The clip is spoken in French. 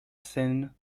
scène